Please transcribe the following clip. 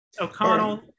O'Connell